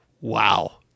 Wow